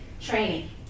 training